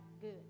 Good